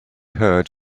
heard